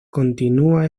continúa